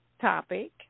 topic